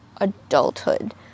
adulthood